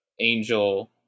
angel